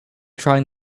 trying